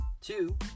two